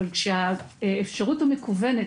אבל כאשר האפשרות המקוונת